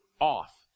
off